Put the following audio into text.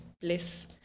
bliss